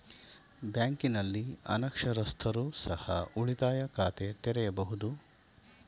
ಬ್ಯಾಂಕಿನಲ್ಲಿ ಅನಕ್ಷರಸ್ಥರು ಸಹ ಉಳಿತಾಯ ಖಾತೆ ತೆರೆಯಬಹುದು?